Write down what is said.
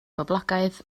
boblogaidd